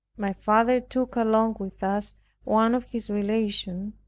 my father took along with us one of his relations,